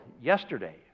yesterday